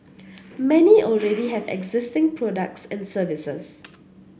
many already have existing products and services